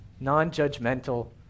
non-judgmental